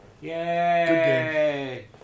Yay